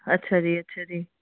ਅੱਛਾ ਜੀ ਅੱਛਾ ਜੀ